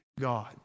God